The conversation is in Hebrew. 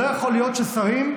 לא יכול להיות ששרים,